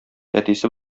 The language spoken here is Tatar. әтисе